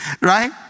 Right